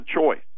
choice